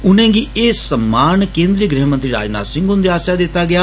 उनेंगी एह् सम्मान केन्द्रीय गृहमंत्री राजनाथ सिंह हुन्दे आस्सेआ दिता गेआ